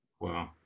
Wow